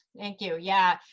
thank you. yeah,